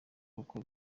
koko